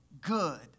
good